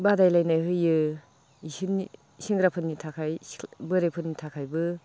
बादायलायनाय होयो इसोरनि सेंग्राफोरनि थाखाय बोरायफोरनि थाखायबो